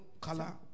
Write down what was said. color